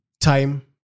time